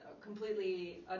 Completely